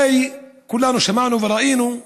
הרי כולנו שמענו וראינו.